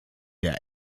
der